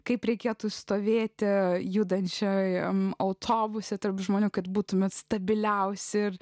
kaip reikėtų stovėti judančiajam autobuse tarp žmonių kad būtumėte stabiliausi ir